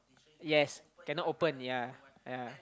yes cannot open ya ya